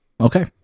okay